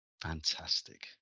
Fantastic